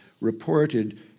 reported